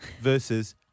versus